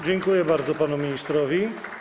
Dziękuję bardzo panu ministrowi.